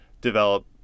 develop